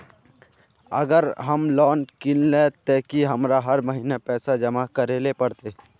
अगर हम लोन किनले ते की हमरा हर महीना पैसा जमा करे ले पड़ते?